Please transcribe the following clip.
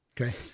Okay